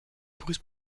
bruce